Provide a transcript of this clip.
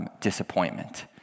disappointment